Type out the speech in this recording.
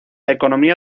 economía